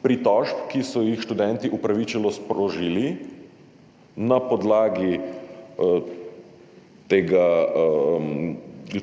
pritožb, ki so jih študenti upravičeno sprožili na podlagi